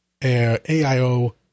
aio